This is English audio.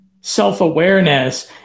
self-awareness